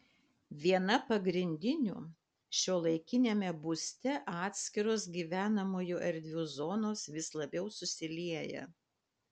viena pagrindinių šiuolaikiniame būste atskiros gyvenamųjų erdvių zonos vis labiau susilieja